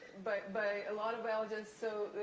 but by a lot of biologists. so,